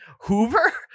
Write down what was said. Hoover